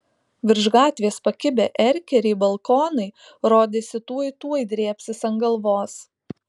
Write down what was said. virš gatvės pakibę erkeriai balkonai rodėsi tuoj tuoj drėbsis ant galvos